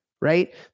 right